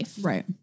Right